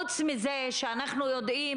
אנחנו מחויבים